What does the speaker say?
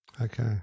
Okay